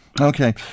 Okay